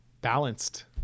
balanced